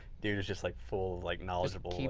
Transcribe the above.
dude is just like full of like knowledgeable,